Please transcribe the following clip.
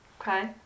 Okay